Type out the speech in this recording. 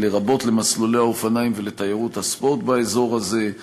לרבות למסלולי האופניים ולתיירות הספורט באזור הזה,